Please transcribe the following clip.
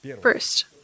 First